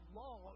law